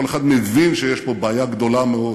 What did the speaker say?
כל אחד מבין שיש פה בעיה גדולה מאוד,